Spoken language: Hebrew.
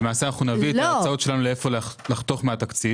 למעשה אנחנו נביא את ההוצאות שלנו לאיפה לחתוך מהתקציב,